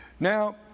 Now